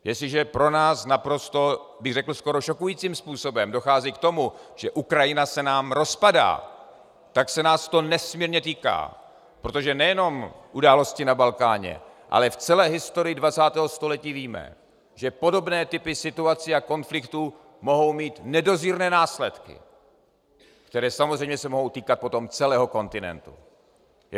Jestliže pro nás naprosto, řekl bych, skoro šokujícím způsobem dochází k tomu, že Ukrajina se nám rozpadá, tak se nás to nesmírně týká, protože nejenom události na Balkáně, ale v celé historii dvacátého století víme, že podobné typy situací a konfliktů mohou mít nedozírné následky, které samozřejmě se potom mohou týkat celého kontinentu.